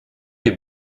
lès